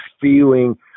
feeling